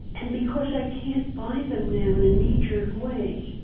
and because i can't buy them now in a knee-jerk way,